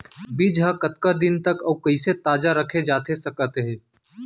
बीज ह कतका दिन तक अऊ कइसे ताजा रखे जाथे सकत हे?